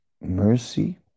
Mercy